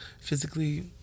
physically